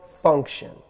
function